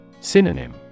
Synonym